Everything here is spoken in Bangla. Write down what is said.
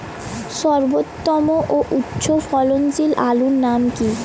সর্বোত্তম ও উচ্চ ফলনশীল আলুর নাম কি?